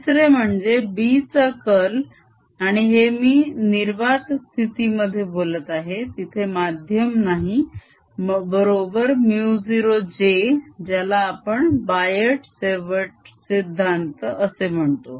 तिसरे म्हणजे B चा कर्ल आणि हे मी निर्वात स्थितीमध्ये बोलत आहे तिथे माध्यम नाही बरोबर μ0j ज्याला आपण बायट सेवर्ट सिद्धांत Biot Savart's law असे म्हणतो